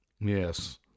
Yes